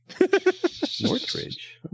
Northridge